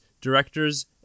directors